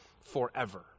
forever